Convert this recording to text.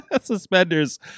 suspenders